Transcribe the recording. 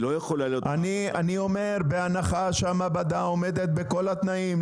אני אומר בהנחה והמעבדה עומדת בכל התנאים,